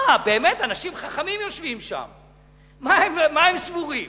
באמת, אנשים חכמים יושבים שם, מה הם סבורים?